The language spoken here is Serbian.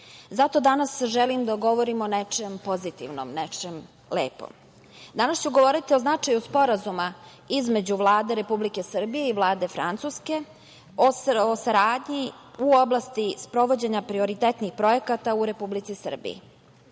Zato danas želim da govorim o nečem pozitivnom, nečem lepom. Danas ću govoriti o značaju Sporazuma između Vlade Republike Srbije i Vlade Francuske, o saradnju u oblasti sprovođenja prioritetnih projekata u Republici Srbiji.